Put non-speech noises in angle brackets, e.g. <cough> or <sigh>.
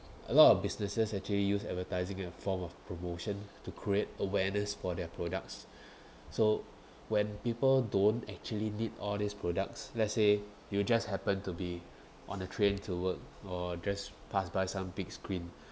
a lot of businesses actually use advertising in a form of promotion to create awareness for their products <breath> so when people don't actually need all these products let's say you just happened to be on the train to work or just pass by some big screen <breath>